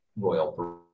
royal